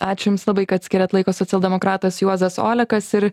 ačiū jums labai kad skyrėt laiko socialdemokratas juozas olekas ir